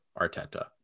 Arteta